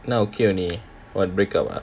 now okay only what break up ah